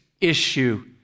issue